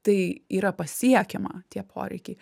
tai yra pasiekiama tie poreikiai